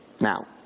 Now